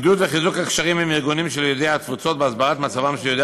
עידוד וחיזוק הקשרים עם ארגונים של יהודי התפוצות בהסברת מצבם של יהודי